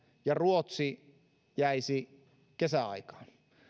ja ruotsi jäisi kesäaikaan